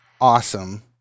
awesome